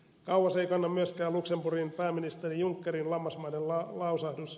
kauas ei kanna myöskään luxemburgin pääministerin junckerin lammasmainen lausahdus